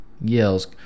yells